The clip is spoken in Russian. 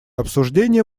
обсуждения